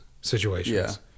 situations